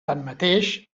tanmateix